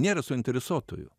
nėra suinteresuotųjų